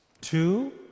Two